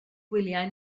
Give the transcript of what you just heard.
gwyliau